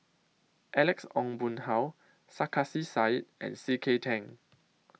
Alex Ong Boon Hau Sarkasi Said and C K Tang